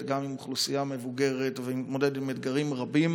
גם עם אוכלוסייה מבוגרת ועם אתגרים רבים,